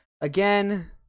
Again